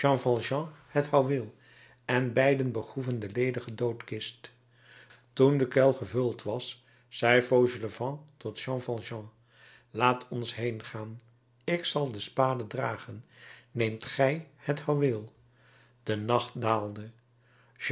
het houweel en beiden begroeven de ledige doodkist toen de kuil gevuld was zei fauchelevent tot jean valjean laat ons heengaan ik zal de spade dragen neem gij het houweel de nacht daalde